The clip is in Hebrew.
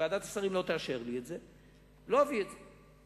אם ועדת השרים לא תאשר לי את זה, לא אביא את זה.